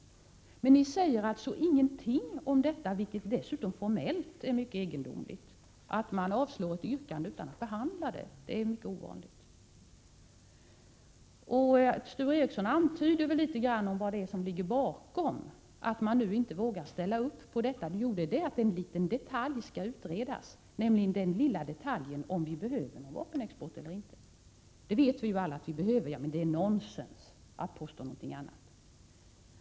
Men ni säger alltså ingenting om detta, vilket dessutom formellt är mycket egendomligt. Att avstyrka ett yrkande utan att behandla det är mycket ovanligt. Sture Ericson antyder litet grand vad som ligger bakom det faktum att man inte vågar ställa upp. Det är att en liten detalj skall utredas, nämligen den lilla detaljen om huruvida vi behöver en vapenexport eller inte. Det vet vi ju alla att vi behöver. Det är nonsens att påstå någonting annat.